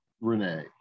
Renee